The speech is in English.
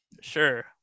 Sure